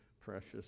precious